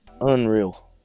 unreal